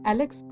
Alex